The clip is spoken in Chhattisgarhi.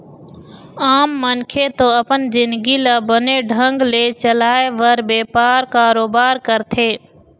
आम मनखे तो अपन जिंनगी ल बने ढंग ले चलाय बर बेपार, कारोबार करथे